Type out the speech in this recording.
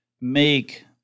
make